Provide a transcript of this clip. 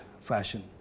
fashion